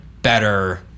Better